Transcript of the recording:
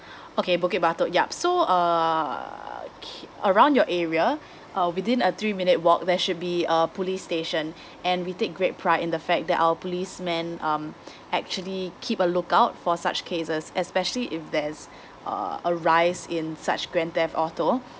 okay bukit batok yup so uh okay around your area uh within a three minute walk there should be a police station and we take great pride in the fact that our policemen um actually keep a lookout for such cases especially if there's uh arise in such grand theft auto